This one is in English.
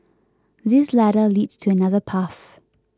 this ladder leads to another path